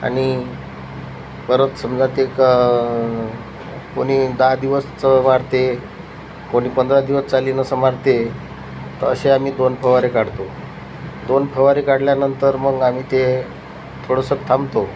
आणि परत समजा ते क कोणी दहा दिवसच वाढते कोणी पंधरा दिवस चालीनं संभाळते तर असे आम्ही दोन फवारे काढतो दोन फवारे काढल्यानंतर मग आम्ही ते थोडंसं थांबतो